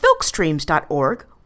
filkstreams.org